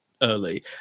Early